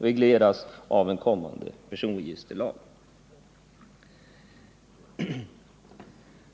regleras av en kommande personregisterlag.